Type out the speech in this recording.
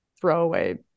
throwaway